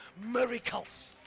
miracles